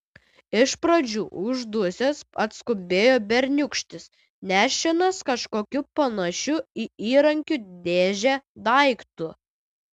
iš pradžių uždusęs atskubėjo berniūkštis nešinas kažkokiu panašiu į įrankių dėžę daiktu